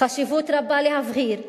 חשיבות רבה להבהיר,